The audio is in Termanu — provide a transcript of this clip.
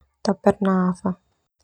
Ta pernah fah.